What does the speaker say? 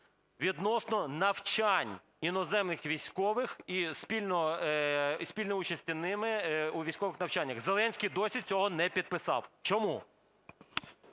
відносно навчань іноземних військових і спільної участі ними у військових навчаннях. Зеленський досі цього не підписав. Чому?